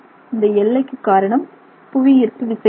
இந்த எல்லைக்கு காரணம் புவியீர்ப்பு விசை ஆகும்